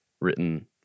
written